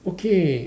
okay